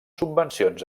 subvencions